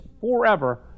forever